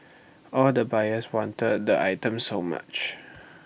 all the buyers wanted the items so much